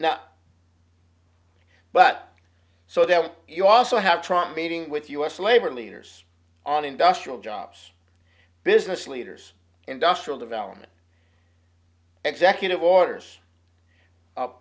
now but so that you also have trouble meeting with us labor leaders on industrial jobs business leaders industrial development executive orders